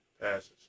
passes